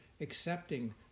Accepting